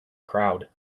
crowd